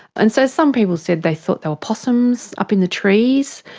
and so some people said they thought they were possums up in the trees,